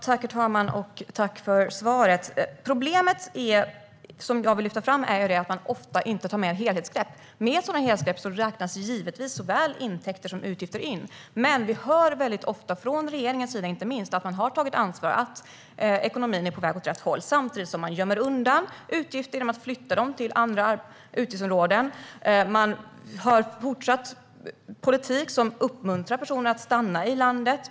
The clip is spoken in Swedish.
Herr talman! Jag tackar för svaret. Problemet som jag vill lyfta fram är att man ofta inte tar ett helhetsgrepp. Med ett sådant helhetsgrepp räknas givetvis såväl intäkter som utgifter in. Men vi hör väldigt ofta från regeringens sida inte minst att man har tagit ansvar och att ekonomin är på väg åt rätt håll, samtidigt som man gömmer undan utgifter genom att flytta dem till andra utgiftsområden. Man för fortsatt en politik som uppmuntrar personer att stanna i landet.